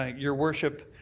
ah your worship,